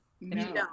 no